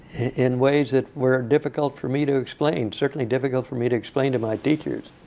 in ways that were difficult for me to explain. certainly difficult for me to explain to my teachers.